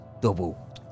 Double